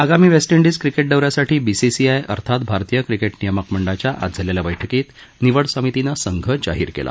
आगामी वेस्तार्डिज क्रिकेठ्दौ यासाठी बीसीसीआय अर्थात भारतीय क्रिकेठ्नियामक मंडळाच्या आज झालेल्या बैठकीत निवड समितीनं संघ जाहीर केला